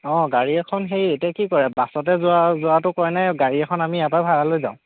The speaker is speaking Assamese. অঁ গাড়ী এখন সেই এতিয়া কি কৰে বাছতে যোৱা যোৱাটো কৰেনে গাড়ী এখন আমি ইয়াৰ পৰা ভাড়া লৈ যাওঁ